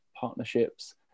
partnerships